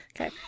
Okay